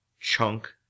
chunk